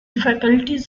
faculties